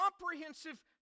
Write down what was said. comprehensive